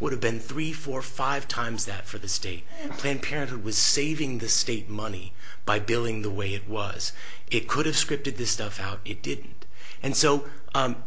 would have been three four five times that for the state planned parenthood was saving the state money by billing the way it was it could have scripted this stuff out it did and so